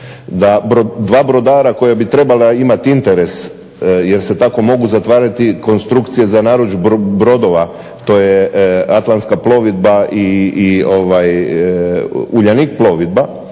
dva brodara koja bi trebala imati interes jer se tako mogu zatvarati konstrukcije za narudžbu brodova, to je Atlantska plovidba i Uljanik plovidba